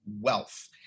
wealth